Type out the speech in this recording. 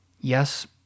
Yes